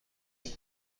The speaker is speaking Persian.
گروه